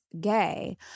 gay